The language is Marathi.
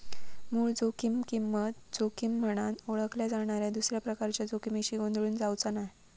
मूळ जोखीम किंमत जोखीम म्हनान ओळखल्या जाणाऱ्या दुसऱ्या प्रकारच्या जोखमीशी गोंधळून जावचा नाय